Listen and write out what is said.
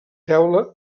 teula